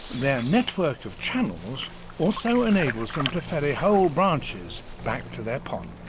their network of channels also enables them to ferry whole branches back to their pond.